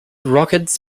rockets